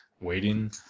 waiting